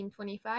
1925